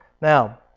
Now